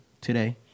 today